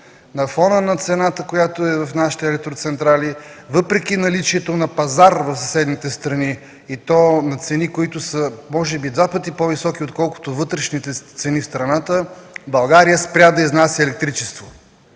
На фона на цената, която е в нашите електроцентрали, въпреки наличието на пазар в съседните страни, и то на цени, които са може би два пъти по-високи, отколкото вътрешните в страната, България спря да изнася електричество.